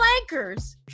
anchors